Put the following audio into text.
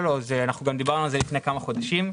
גם דיברנו על זה לפני כמה חודשים.